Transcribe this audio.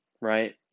right